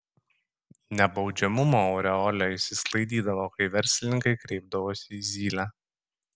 nebaudžiamumo aureolė išsisklaidydavo kai verslininkai kreipdavosi į zylę